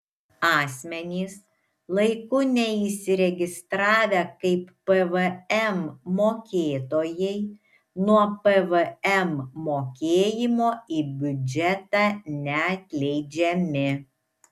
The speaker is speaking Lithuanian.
asmenys laiku neįsiregistravę kaip pvm mokėtojai nuo pvm mokėjimo į biudžetą neatleidžiami